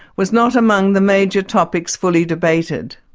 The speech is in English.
was not among the major topics fully debated.